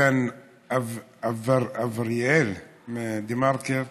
איתן אבריאל מדה-מרקר,